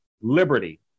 Liberty